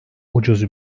ucuz